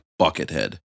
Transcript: Buckethead